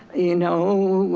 you know,